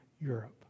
Europe